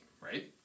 right